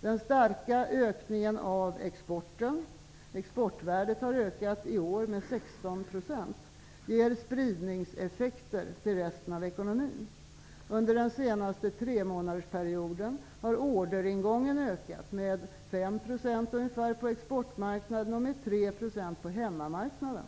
Den starka ökningen av exporten -- exportvärdet har ökat med 16 % i år -- ger spridningseffekter till resten av ekonomin. Under den senaste tremånadersperioden har orderingången ökat med ungefär 5 % på exportmarknaden och med 3 % på hemmamarknaden.